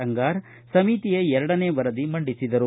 ಅಂಗಾರ ಸಮಿತಿಯ ಎರಡನೇ ವರದಿ ಮಂಡಿಸಿದರು